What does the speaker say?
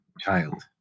child